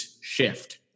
shift